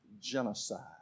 genocide